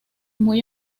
muy